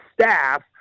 staff